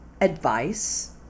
advice